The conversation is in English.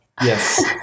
Yes